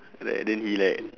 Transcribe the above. right then he like